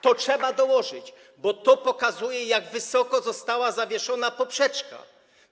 To trzeba dołożyć, bo to pokazuje, jak wysoko została zawieszona poprzeczka.